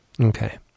Okay